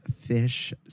fish